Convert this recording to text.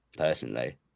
Personally